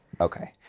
okay